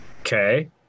Okay